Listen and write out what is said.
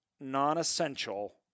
non-essential